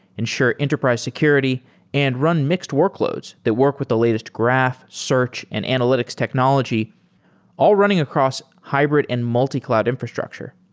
ensure enterprise security and run mixed workloads that work with the latest graph, search and analytics technology all running across hybrid and multi-cloud infrastructure.